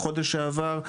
חודש שעבר,